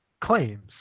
claims